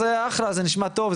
אז אחלה זה נשמע טוב,